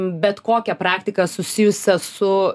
bet kokią praktiką susijusią su